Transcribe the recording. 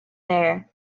there